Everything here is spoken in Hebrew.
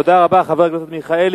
תודה רבה, חבר הכנסת מיכאלי.